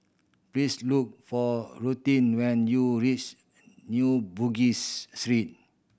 please look for Rutin when you New Bugis Street